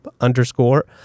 underscore